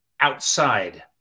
outside